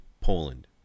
Poland